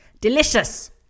Delicious